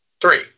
Three